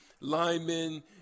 Linemen